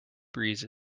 breeze